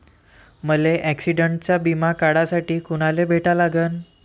मले ॲक्सिडंटचा बिमा काढासाठी कुनाले भेटा लागन?